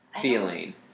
Feeling